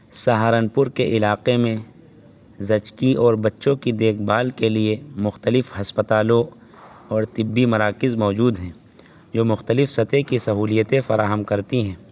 سہارنپور کے علاقے میں زچگی اور بچوں کی دیکھ بھال کے لیے مختلف ہسپتالوں اور طبی مراکز موجود ہیں جو مختلف سطح کی سہولیتیں فراہم کرتی ہیں